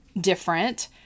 different